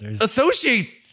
associate